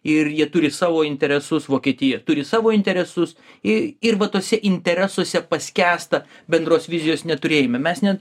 ir jie turi savo interesus vokietija turi savo interesus ir va tuose interesuose paskęsta bendros vizijos neturėjime mes net